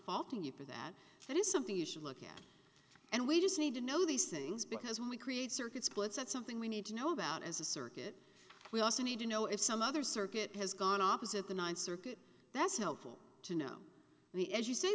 faulting you for that that is something you should look at and we just need to know these things because when we create circuit splits that's something we need to know about as a circuit we also need to know if some other circuit has gone opposite the ninth circuit that's helpful to know the as you say